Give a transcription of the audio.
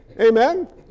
Amen